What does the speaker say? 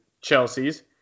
chelsea's